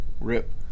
Rip